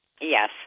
Yes